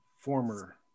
former